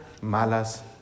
malas